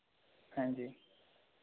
हाँ जी